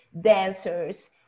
dancers